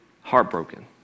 heartbroken